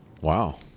Wow